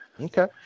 Okay